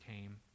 came